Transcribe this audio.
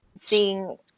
seeing